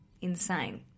insane